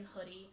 hoodie